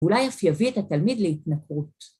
‫אולי אף יביא את התלמיד להתנכרות.